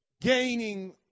gaining